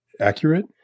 accurate